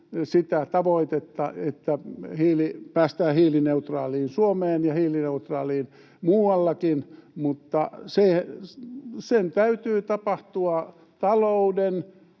sitä tavoitetta, että päästään hiilineutraaliin Suomeen ja hiilineutraaliin muuallakin, mutta sen täytyy tapahtua talouden,